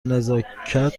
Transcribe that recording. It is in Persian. نزاکت